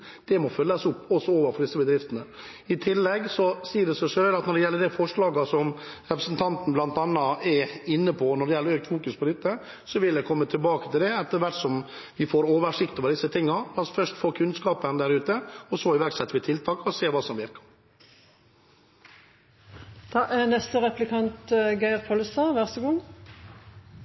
Det må følges opp overfor disse bedriftene. I tillegg sier det seg selv at når det gjelder forslaget representanten er inne på, om økt fokus på dette, vil jeg komme tilbake til det etter hvert som vi får oversikt over disse tingene. La oss først få kunnskapen der ute, og så iverksetter vi tiltak for å se hva som virker. Lovverket for turistfiske seier at ein får ta med seg høvesvis 10 kg og 20 kg fisk ut av landet. Dette er